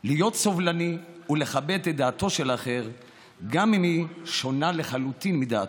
להיות סובלני ולכבד את דעתו של האחר גם אם היא שונה לחלוטין מדעתו.